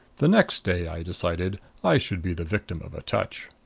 the next day, i decided, i should be the victim of a touch.